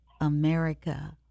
America